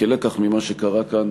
כלקח ממה שקרה כאן